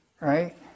right